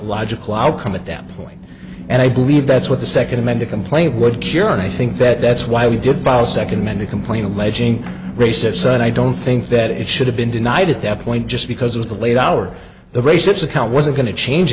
logical outcome at that point and i believe that's what the second amended complaint would cure and i think that that's why we did buy a second many complain alleging racists and i don't think that it should have been denied at that point just because of the late hour the race if the count wasn't going to change